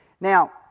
Now